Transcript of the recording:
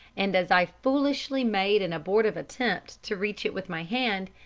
and as i foolishly made an abortive attempt to reach it with my hand,